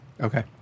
Okay